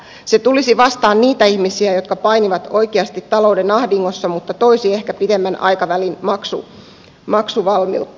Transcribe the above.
se tulisi vastaan niitä ihmisiä jotka painivat oikeasti talouden ahdingossa mutta toisi ehkä pidemmän aikavälin maksuvalmiutta